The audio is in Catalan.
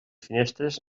finestres